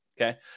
okay